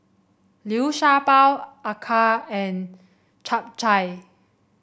Liu Sha Bao acar and Chap Chai